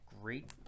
great